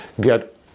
get